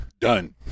Done